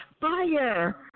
fire